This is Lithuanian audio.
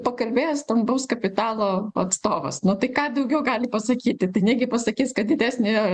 pakalbėjo stambaus kapitalo atstovas nu tai ką daugiau gali pasakyti tai negi pasakys kad didesnį